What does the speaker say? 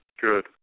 Good